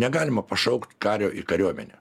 negalima pašaukt kario į kariuomenę